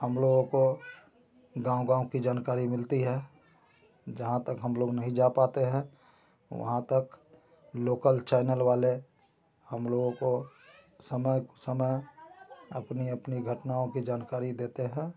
हम लोगों को गाँव गाँव की जानकारी मिलती है जहाँ तक हम लोग नहीं जा पाते हैं वहाँ तक लोकल चैनल वाले हम लोगों को समय के समय अपनी अपनी घटनाओं की जानकारी देते हैं